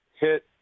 hit